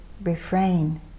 refrain